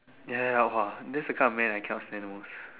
ya ya ya !wah! that's the man I cannot stand most